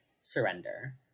surrender